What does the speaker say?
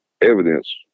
evidence